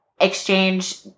exchange